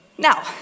Now